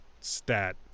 stat